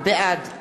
בעד